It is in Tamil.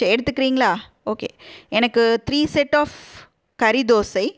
சரி எடுத்துக்கிறீங்களா ஓகே எனக்கு த்ரீ செட் ஆஃப் கறி தோசை